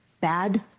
bad